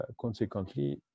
consequently